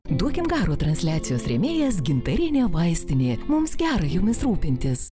duokim garo transliacijos rėmėjas gintarinė vaistinė mums gera jumis rūpintis